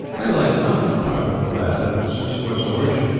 i like not to part with the lad but since you are so urgent,